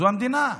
המדינה,